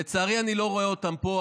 לצערי אני לא רואה אותם פה.